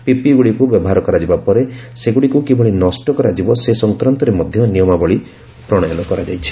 PPE ଗୁଡ଼ିକୁ ବ୍ୟବହାର କରାଯିବା ପରେ ସେଗୁଡ଼ିକୁ କିଭଳି ନଷ୍ଟ କରାଯିବ ସେ ସଫକ୍ରାନ୍ତରେ ମଧ୍ୟ ନିୟମାବଳୀ ପ୍ରଶୟନ କରାଯାଇଛି